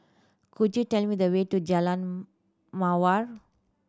could you tell me the way to Jalan Mawar